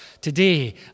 today